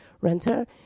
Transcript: renter